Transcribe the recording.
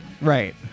Right